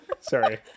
sorry